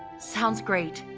sounds great.